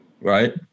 right